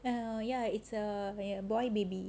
err ya it's a err boy baby